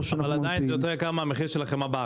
--- עדיין זה יותר יקר מהמחיר של החמאה בארץ.